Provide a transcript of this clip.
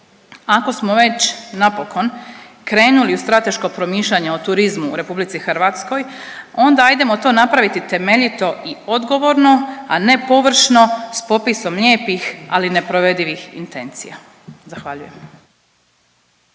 Ako smo već napokon krenuli u strateško promišljanje o turizmu u RH onda hajdemo to napraviti temeljito i odgovorno, a ne površno s popisom lijepih ali neprovedivih intencija. Zahvaljujem.